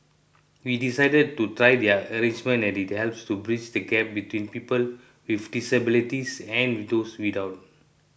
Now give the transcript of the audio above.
we decided to try the arrangement as it helps to bridge the gap between people with disabilities and those without